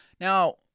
Now